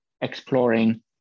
exploring